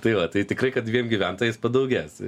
tai va tai tikrai kad dviem gyventojais padaugės